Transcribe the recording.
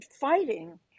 fighting